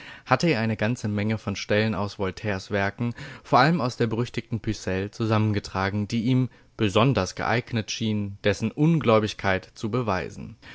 hatte er eine ganze menge von stellen aus voltaires werken vor allem aus der berüchtigten pucelle zusammengetragen die ihm besonders geeignet schienen dessen ungläubigkeit zu beweisen